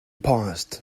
paused